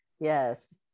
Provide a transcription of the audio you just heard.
Yes